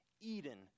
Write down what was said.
Eden